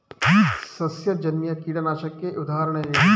ಸಸ್ಯಜನ್ಯ ಕೀಟನಾಶಕಕ್ಕೆ ಉದಾಹರಣೆ ನೀಡಿ?